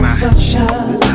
sunshine